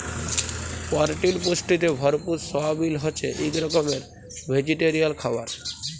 পরটিল পুষ্টিতে ভরপুর সয়াবিল হছে ইক রকমের ভেজিটেরিয়াল খাবার